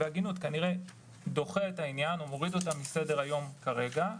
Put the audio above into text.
כנראה זה דוחה את העניין או מוריד אותו מסדר היום כרגע.